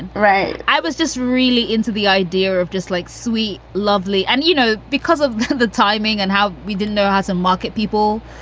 right. i was just really into the idea of just like, sweet, lovely. and, you know, because of the timing and how we didn't know how to market people,